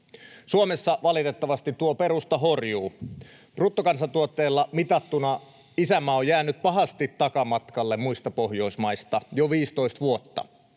Suomessa valitettavasti tuo perusta horjuu. Bruttokansantuotteella mitattuna isänmaa on jäänyt pahasti takamatkalle muista Pohjoismaista jo 15 vuotta.